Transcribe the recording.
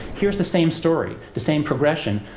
here's the same story, the same progression,